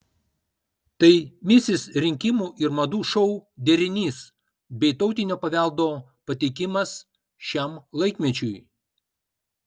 tai misis rinkimų ir madų šou derinys bei tautinio paveldo pateikimas šiam laikmečiui